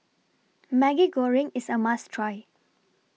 Maggi Goreng IS A must Try